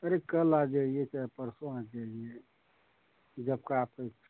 अरे कल आ जाइए चाहे परसों आ जाइए जब का आपका इच्छा